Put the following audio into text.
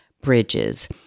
Bridges